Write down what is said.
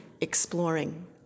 exploring